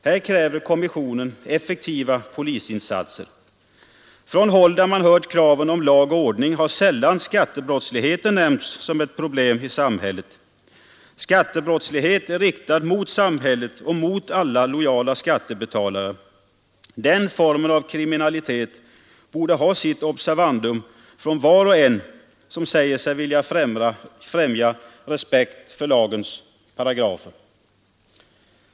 Här kräver kommissionen effektiva polisinsatser. Från håll där man hört kraven på lag och ordning har sällan skattebrottsligheten nämnts som ett problem i samhället. Skattebrottslighet är riktad mot samhället och mot alla lojala skattebetalare. Den formen av kriminalitet borde ha sitt observandum från var och en som säger sig vilja främja respekt för lagens paragrafer.